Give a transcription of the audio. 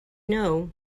know